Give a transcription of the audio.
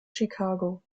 chicago